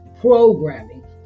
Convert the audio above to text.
programming